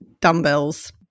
dumbbells